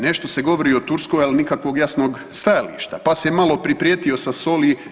Nešto se govori o Turskoj, al nikakvog jasnog stajališta, pa se malo priprijetio sa soli.